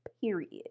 period